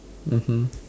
mmhmm